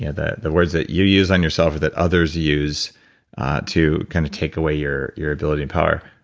yeah the the words that you use on yourself or that others use to kind of take away your your ability and power.